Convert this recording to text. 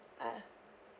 a'ah